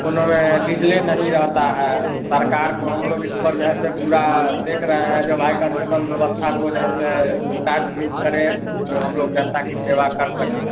रहता है सरकार को हम लोग इस पर जो है से पूरा अपडेट रहे हैं जब आए कम से कम व्यवस्था तो जो है से काटलुक करें जो हम लोग जनता की सेवा कर सकें